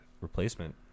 replacement